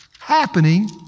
happening